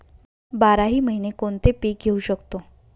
बाराही महिने कोणते पीक घेवू शकतो?